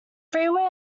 freeware